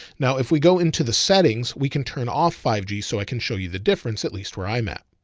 now, if we go into the settings, we can turn off five g so i can show you the difference, at least where i'm at.